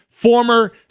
Former